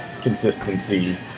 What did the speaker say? consistency